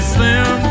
Slim